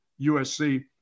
USC